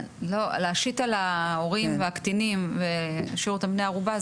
להשית על ההורים והקטינים ולהשאיר אותם בני ערובה,